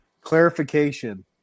Clarification